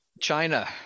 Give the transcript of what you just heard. China